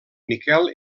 miquel